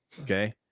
okay